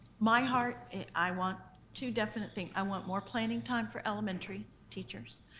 my heart, i want two definite things. i want more planning time for elementary teachers.